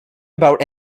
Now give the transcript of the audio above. about